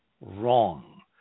wrong